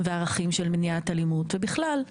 לערכים של מניעת אלימות ובכלל.